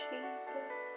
Jesus